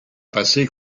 passé